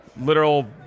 literal